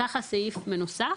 ככה הסעיף מנוסח.